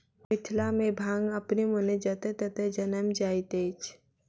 मिथिला मे भांग अपने मोने जतय ततय जनैम जाइत अछि